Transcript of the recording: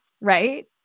right